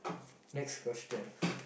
next question